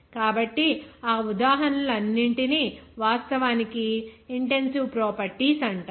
కాబట్టి ఆ ఉదాహరణ లన్నింటినీ వాస్తవానికి ఇంటెన్సివ్ ప్రాపర్టీస్ అంటారు